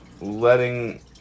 letting